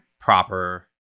proper